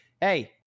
hey